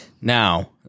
Now